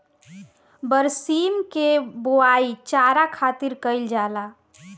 बरसीम के बोआई चारा खातिर कईल जाला